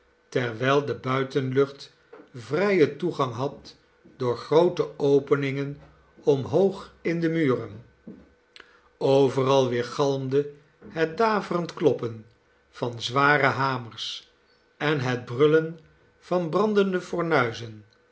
terwijl de buitenlucht vrijen toegang had door groote openingen omhoog in de muren overal weergalmde het daverend kloppen van zware hamers en het brullen van brandende